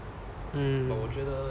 mm